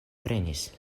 prenis